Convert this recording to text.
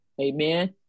Amen